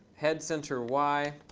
head center y,